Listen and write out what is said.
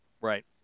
Right